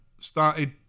started